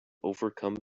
overcome